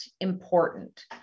important